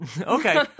Okay